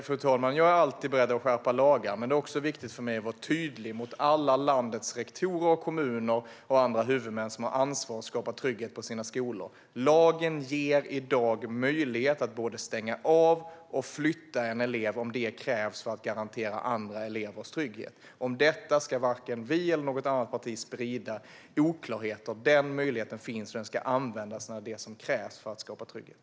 Fru talman! Jag är alltid beredd att skärpa lagar, men det är också viktigt för mig att vara tydlig gentemot alla landets rektorer, kommuner och andra huvudmän som har ansvar för att skapa trygghet på sina skolor. Lagen ger i dag möjlighet att både stänga av och flytta en elev om det krävs för att garantera andra elevers trygghet. Om detta ska varken vi eller något annat parti sprida oklarheter. Den möjligheten finns, och den ska användas när det är det som krävs för att skapa trygghet.